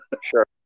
Sure